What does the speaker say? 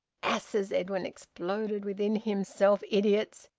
asses! edwin exploded within himself. idiots!